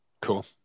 Cool